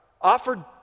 offered